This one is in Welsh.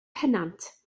pennant